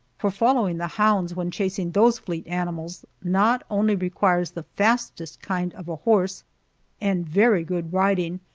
for following the hounds when chasing those fleet animals not only requires the fastest kind of a horse and very good riding,